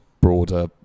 broader